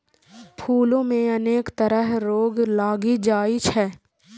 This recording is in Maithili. फूलो मे अनेक तरह रोग लागि जाइ छै